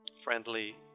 friendly